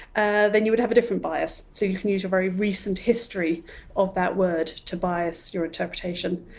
ah then you would have a different bias. so you can use your very recent history of that word to bias your interpretation.